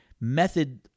method